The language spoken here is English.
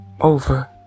over